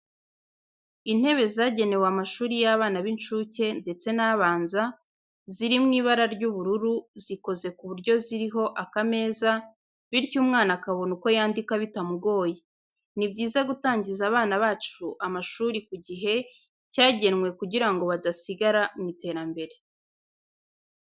Intebe zagenewe amashuri y'abana b'incuke ndetse n'abanza ziri mu ibara ry'ubururu zikoze ku buryo ziriho akameza, bityo umwana akabona uko yandika bitamugoye. Ni byiza gutangiza abana bacu amashuri ku gihe cyagenwe kugira ngo badasigara mu iterambere.